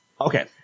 Okay